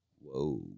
Whoa